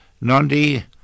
Nandi